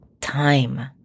time